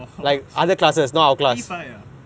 orh P five ah